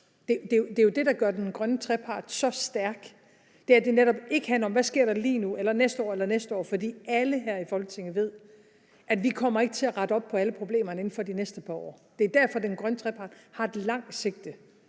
Det er jo det, der gør den grønne trepart så stærk, altså at det netop ikke handler om, hvad der sker lige nu eller næste år eller næste år igen, for alle her i Folketinget ved, at vi ikke kommer til at rette op på alle problemerne inden for de næste par år. Det er derfor, den grønne trepart har et langt sigte